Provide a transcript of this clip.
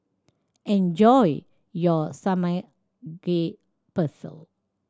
enjoy your Samgeyopsal